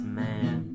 man